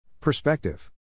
Perspective